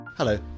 Hello